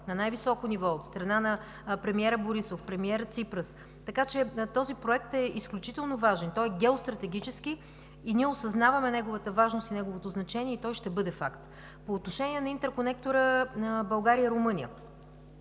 на най-високо ниво от страна на премиера Борисов, премиера Ципрас. Този проект е изключително важен, той е геостратегически. Ние осъзнаваме неговата важност и неговото значение и той ще бъде факт. По отношение на интерконектора България – Румъния.